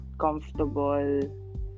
comfortable